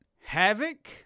Havoc